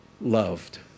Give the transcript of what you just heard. loved